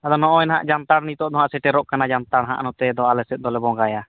ᱟᱫᱚ ᱱᱚᱜᱼᱚᱭ ᱱᱟᱦᱟᱜ ᱡᱟᱱᱛᱟᱲ ᱱᱤᱛᱚᱜᱫᱚ ᱱᱟᱦᱟᱜ ᱥᱮᱴᱮᱨᱚᱜ ᱠᱟᱱᱟ ᱡᱟᱱᱛᱷᱟᱲ ᱦᱟᱜ ᱱᱚᱛᱮᱫᱚ ᱟᱞᱮᱥᱮᱫ ᱫᱚᱞᱮ ᱵᱚᱸᱜᱟᱭᱟ